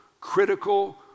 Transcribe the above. critical